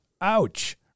ouch